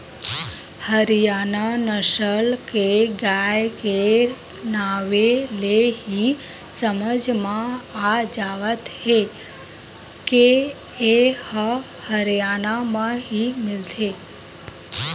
हरियाना नसल के गाय के नांवे ले ही समझ म आ जावत हे के ए ह हरयाना म ही मिलथे